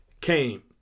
came